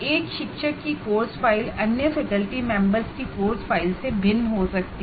एक फैकल्टी की course file अन्य फैकल्टी मेंबर्स की कोर्स फ़ाइल से भिन्न हो सकती है